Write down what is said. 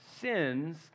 sins